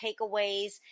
takeaways